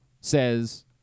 says